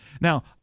Now